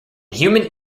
human